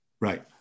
Right